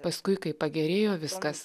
paskui kai pagerėjo viskas